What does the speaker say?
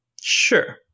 Sure